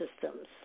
systems